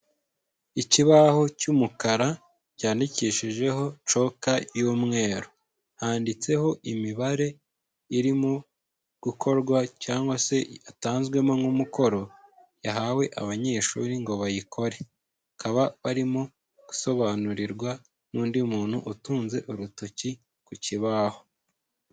Ikibaho cy'umukara cyandikishijeho coka y'umweru, handitseho imibare irimo gukorwa cyangwa se yatanzwemo nk'umukoro yahawe abanyeshuri ngo bayikore, bakaba barimo gusobanurirwa n'undi muntu utunze urutoki ku kibaho.